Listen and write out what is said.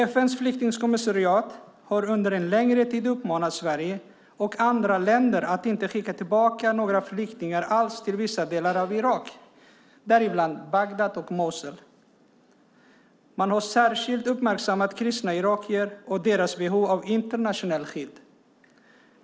FN:s flyktingkommissariat har under en längre tid uppmanat Sverige och andra länder att inte skicka tillbaka några flyktingar alls till vissa delar av Irak, däribland Bagdad och Mosul. Man har särskilt uppmärksammat kristna irakier och deras behov av internationellt skydd.